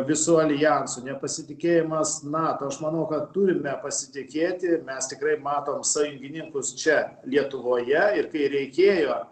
visu aljansu nepasitikėjimas nato aš manau kad turime pasitikėti mes tikrai matom sąjungininkus čia lietuvoje ir kai reikėjo